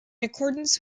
accordance